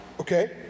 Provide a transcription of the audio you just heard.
Okay